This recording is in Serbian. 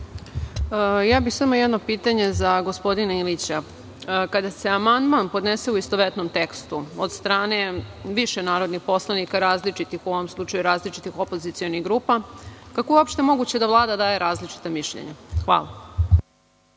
Batić** Samo jedno pitanje za gospodina Ilića. Kada se podnese amandman u istovetnom tekstu od strane više narodnih poslanika, u ovom slučaju različitih opozicionih grupa, kako je uopšte moguće da Vlada daje različita mišljenja? Hvala.